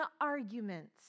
arguments